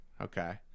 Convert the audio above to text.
okay